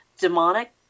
Demonic